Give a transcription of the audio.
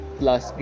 plus